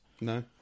No